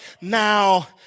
now